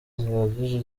zihagije